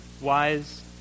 wise